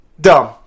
Dumb